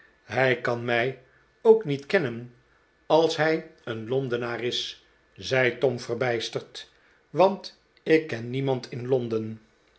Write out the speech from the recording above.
hij kan mij ook niet kennen als hij een londenaar is zei tom verbijsterd want ik ken niemand in londen